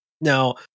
Now